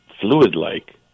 fluid-like